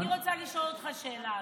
אני רוצה לשאול אותך שאלה,